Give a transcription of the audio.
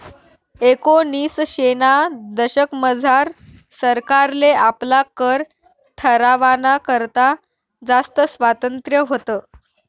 एकोनिसशेना दशकमझार सरकारले आपला कर ठरावाना करता जास्त स्वातंत्र्य व्हतं